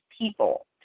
people